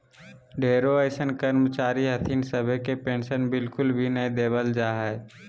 ढेरो अइसन कर्मचारी हथिन सभे के पेन्शन बिल्कुल भी नय देवल जा हय